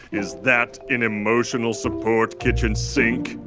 is that an emotional support kitchen sink?